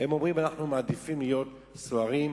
אומרים: אנחנו מעדיפים להיות סוהרים,